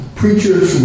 preachers